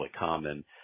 common